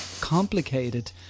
complicated